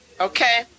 okay